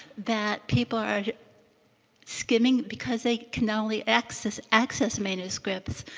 that people are skimming because they can not only access access manuscripts,